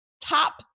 top